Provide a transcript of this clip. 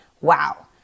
wow